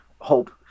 hope